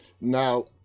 Now